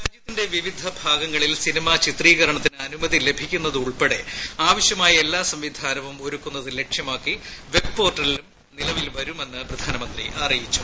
രാജ്യത്തിന്റെ വിവിധ ഭാഗങ്ങളിൽ സിനിമാ ചിത്രീകരണത്തിന് അനുമതി ലഭിക്കുന്നത് ഉൾപ്പെടെ ആവശ്യമായ എല്ലാ സംവിധാനവും ഒരുക്കുന്നത് ലക്ഷ്യമാക്കി വെബ്പോർട്ടലും നിലവിൽ വരുമെന്ന് പ്രധാനമന്ത്രി അറിയിച്ചു